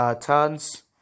turns